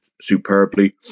superbly